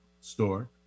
store